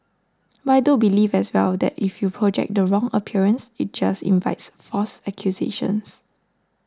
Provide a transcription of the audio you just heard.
but I do believe as well that if you project the wrong appearance it just invites false accusations